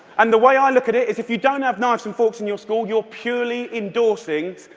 and the way i look at it is if you don't have knives and forks in your school, you're purely endorsing,